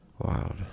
Wow